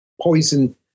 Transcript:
poison